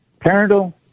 parental